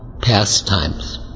pastimes